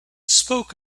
spoke